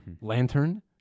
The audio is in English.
Lantern